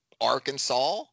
Arkansas